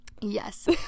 yes